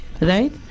right